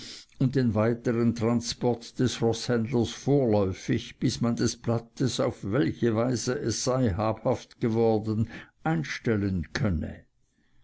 und den weiteren transport des roßhändlers vorläufig bis man des blattes auf welche weise es sei habhaft geworden einstellen könne